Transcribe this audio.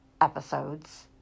episodes